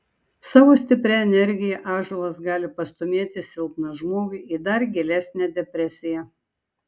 savo stipria energija ąžuolas gali pastūmėti silpną žmogų į dar gilesnę depresiją